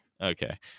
Okay